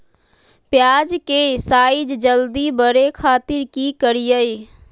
प्याज के साइज जल्दी बड़े खातिर की करियय?